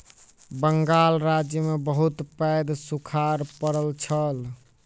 बंगाल राज्य में बहुत पैघ सूखाड़ पड़ल छल